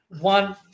one